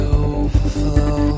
overflow